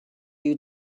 you